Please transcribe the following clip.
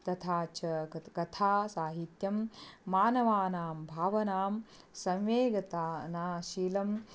तथा च कथासाहित्यं मानवानां भावनां सम्वेदनानुशीलं